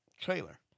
trailer